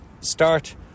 start